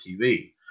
TV